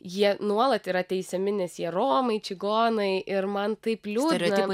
jie nuolat yra teisiami nes jie romai čigonai ir man taip liūdna